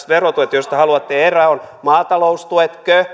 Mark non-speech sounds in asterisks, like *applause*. *unintelligible* verotuet ovat joista haluatte eroon maataloustuetko